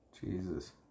Jesus